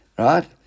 Right